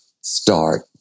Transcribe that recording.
start